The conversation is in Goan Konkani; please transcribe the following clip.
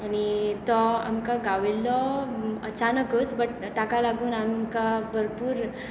आनी तो आमकां गाविल्लो अचानकूच बट ताका लागून आमकां भरपूर